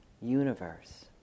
universe